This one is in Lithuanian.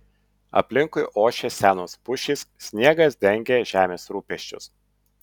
aplinkui ošė senos pušys sniegas dengė žemės rūpesčius